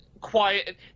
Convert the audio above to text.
quiet